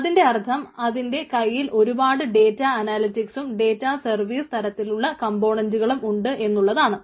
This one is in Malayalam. അതിൻറെ അർത്ഥം അതിൻറെ കയ്യിൽ ഒരുപാട് ഡേറ്റ അനാലിറ്റിക്സും ഡേറ്റ സർവീസ് തരത്തിലുള്ള കംപോണന്റുകളും ഉണ്ട് എന്നുള്ളതാണ്